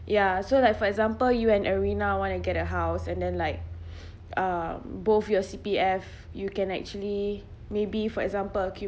ya so like for example you and arina want to get a house and then like uh both your C_P_F you can actually maybe for example